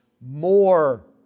more